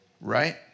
Right